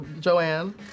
Joanne